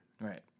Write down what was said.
Right